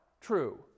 true